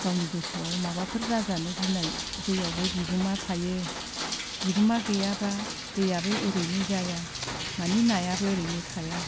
गावनि गोसोआव माबाफोर जाजानो गिनाय दैयावबो बिगोमा थायो बिगोमा गैयाब्ला दैयाबो ओरैनो जाया मानि नायाबो ओरैनो थाया